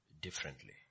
differently